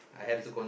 is